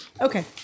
Okay